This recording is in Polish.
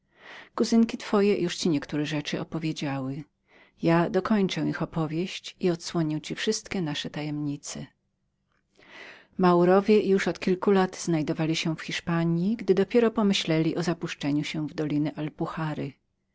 twoje już ci niektóre rzeczy opowiedziały ale ja dokończę ci ich powieść i odsłonię wszystkie nasze tajemnice maurowie już od kilku lat znajdowali się w hiszpanji gdy dopiero pomyśleli o zapuszczeniu się w doliny alpuhary